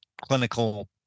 clinical